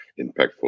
impactful